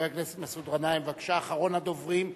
חבר הכנסת מסעוד גנאים, בבקשה, אחרון הדוברים.